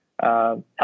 Help